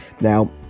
Now